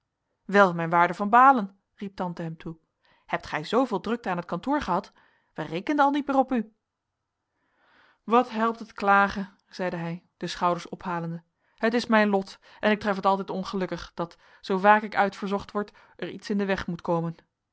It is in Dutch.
wel mijn waarde van baalen riep tante hem toe hebt gij zoovele drukte aan het kantoor gehad wij rekenden al niet meer op u wat helpt het klagen zeide hij de schouders ophalende het is mijn lot en ik tref het altijd ongelukkig dat zoo vaak ik uit verzocht word er iets in den weg moet komen